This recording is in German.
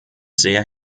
sehr